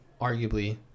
arguably